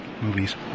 movies